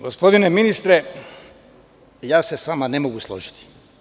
Gospodine ministre, ja se s vama ne mogu složiti.